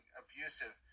abusive